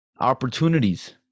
opportunities